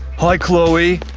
hi chloe!